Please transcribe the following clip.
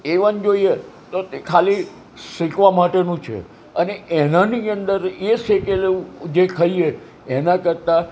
એવન જોઈએ તો તે ખાલી શેકવાં માટેનું છે અને એની અંદર એ શેકેલું જે ખાઈએ એનાં કરતાં